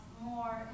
more